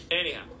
Anyhow